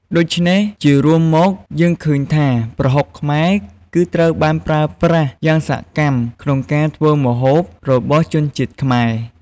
ដូច្នេះជារួមមកយើងឃើញថា ប្រហុកខ្មែរគឺត្រូវបានប្រើប្រាស់យ៉ាងសកម្មក្នុងការធ្វើម្ហូបរបស់ជនជាតិខ្មែរ។